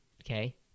okay